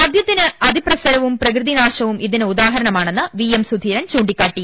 മദൃത്തിന്റെ അതിപ്രസരവും പ്രകൃതി നാശവും ഇതിന് ഉദാഹരണമാണെന്ന് സുധീരൻ ചൂണ്ടിക്കാട്ടി